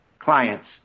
clients